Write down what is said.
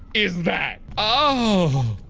is that? ohhhh